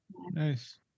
nice